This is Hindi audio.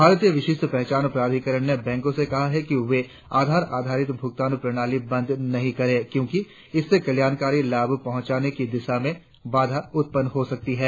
भारतीय विशिष्ट पहचान प्राधिकरण ने बैंको से कहा है कि वे आधार आधारित भुगतान प्रणाली बंद नही करें क्योकि इससे कल्याणकारी लाभ पहुंचाने की दिशा में बाधा उत्पन्न हो सकती है